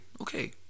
Okay